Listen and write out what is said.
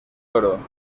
oro